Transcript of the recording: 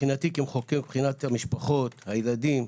מבחינתי כמחוקק ומבחינת המשפחות הילדים,